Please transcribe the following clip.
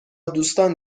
دوستان